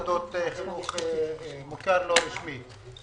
למוסדות חינוך מוכר לא רשמי.